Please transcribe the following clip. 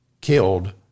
killed